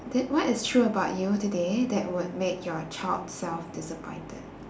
that what is true about you today that would make your child self disappointed